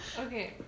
Okay